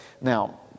Now